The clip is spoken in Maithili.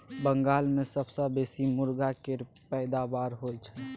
बंगाल मे सबसँ बेसी मुरगा केर पैदाबार होई छै